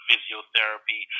Physiotherapy